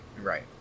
Right